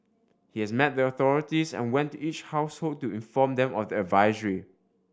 he has met the authorities and went to each household to inform them of the advisory